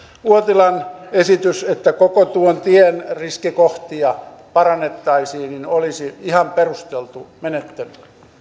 uotilan esitys että koko tuon tien riskikohtia parannettaisiin olisi ihan perusteltu menettely